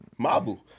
Mabu